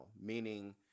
meaning